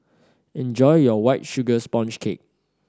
enjoy your White Sugar Sponge Cake